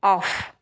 off